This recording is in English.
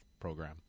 program